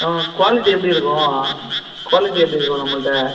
quality எப்படி இருக்கும் quality எப்படி இருக்கும் நம்மகிட்ட